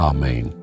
Amen